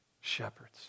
Shepherds